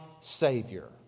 Savior